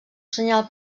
senyal